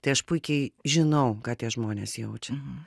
tai aš puikiai žinau ką tie žmonės jaučia